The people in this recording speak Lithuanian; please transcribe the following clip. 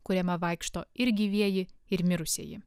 kuriame vaikšto ir gyvieji ir mirusieji